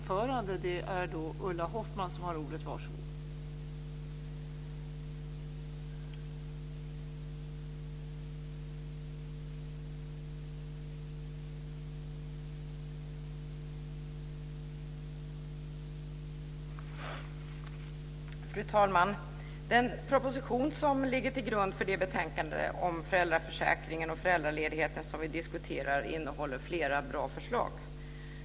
Fru talman! Den proposition som ligger till grund för det betänkande om föräldraförsäkringen och föräldraledigheten som vi diskuterar innehåller flera bra förslag.